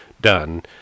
done